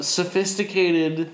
sophisticated